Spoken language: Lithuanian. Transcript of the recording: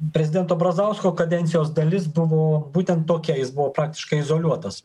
prezidento brazausko kadencijos dalis buvo būtent tokia jis buvo praktiškai izoliuotas